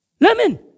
Lemon